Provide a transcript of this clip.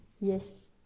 yes